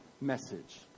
message